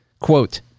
Quote